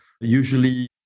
usually